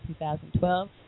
2012